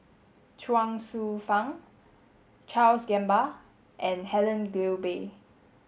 Chuang Hsueh Fang Charles Gamba and Helen Gilbey